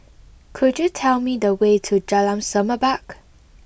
could you tell me the way to Jalan Semerbak